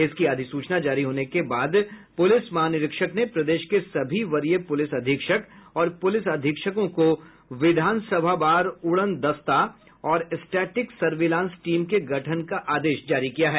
इसकी अधिसूचना जारी होने के बाद पुलिस महानिरीक्षक ने प्रदेश के सभी वरीय पुलिस अधीक्षक और पुलिस अधीक्षकों को विधानसभावार उड़न दस्ता और स्टैटिक सर्विलांस टीम के गठन का आदेश जारी किया है